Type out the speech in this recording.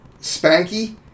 Spanky